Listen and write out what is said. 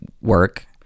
work